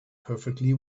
perfectly